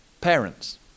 Parents